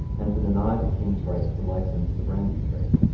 and to deny the king's right to license the brandy trade.